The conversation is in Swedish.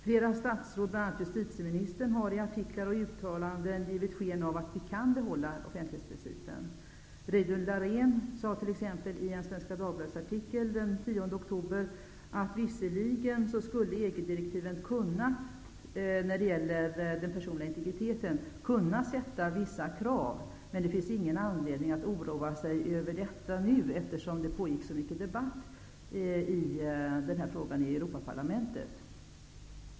Flera statsråd, bl.a. justitieministern, har i artiklar och uttalanden givit sken av att vi kan behålla offentlighetsprincipen. Reidunn Laurén skrev t.ex. i en artikel i Svenska Dagbladet den 10 oktober att visserligen skulle EG-direktiv när det gäller den personliga integriteten kunna sätta vissa krav, men det fanns ingen anledning att oroa sig över detta eftersom det pågick en debatt om denna fråga i Europaparlamentet.